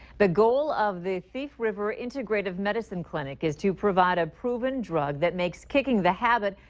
the goal of the thief river integrative medicine clinic is to provide a proven drug that makes kicking the habit,